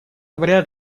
вряд